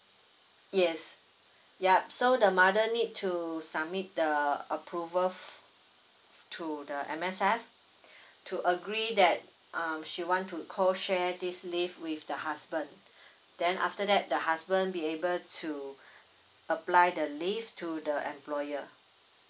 yes yup so the mother need to submit the approval to the M_S_F to agree that um she want to call share this leave with the husband then after that the husband be able to apply the leave to the employer